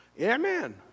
Amen